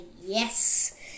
yes